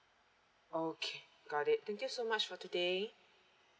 okay got it thank you so much for today